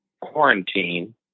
quarantine